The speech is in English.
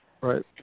right